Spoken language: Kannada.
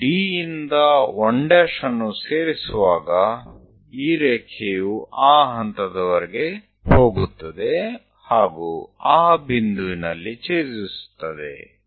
ನಾವು D ಇಂದ 1 ಅನ್ನು ಸೇರಿಸುವಾಗ ಈ ರೇಖೆಯು ಆ ಹಂತದವರೆಗೆ ಹೋಗುತ್ತದೆ ಹಾಗೂ ಆ ಬಿಂದುವಿನಲ್ಲಿ ಛೇದಿಸುತ್ತದೆ